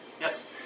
Yes